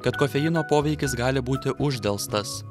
kad kofeino poveikis gali būti uždelstas